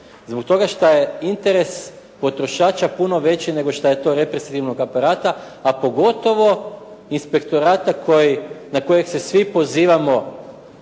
Zbog toga šta je interes potrošača puno veći nego što je to represivnog aparata, a pogotovo inspektorata koji, na kojeg se svi pozivamo